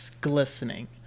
glistening